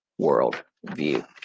worldview